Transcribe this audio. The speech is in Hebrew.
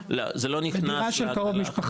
זה לא נכנס --- בדירה של קרוב משפחה,